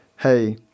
hey